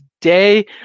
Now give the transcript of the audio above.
today